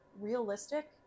realistic